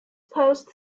posed